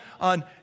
on